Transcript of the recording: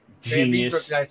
genius